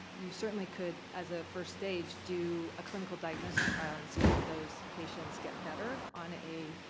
you certainly could, as a first stage, do a clinical diagnosis trial and see if those patients get better on a,